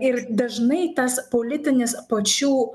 ir dažnai tas politinis pačių